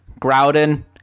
Groudon